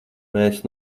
mēs